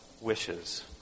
wishes